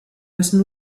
müssen